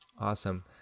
Awesome